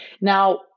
Now